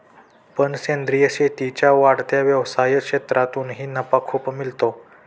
पण सेंद्रीय शेतीच्या वाढत्या व्यवसाय क्षेत्रातूनही नफा खूप मिळतो